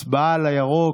הצבעה על הירוק,